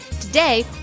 Today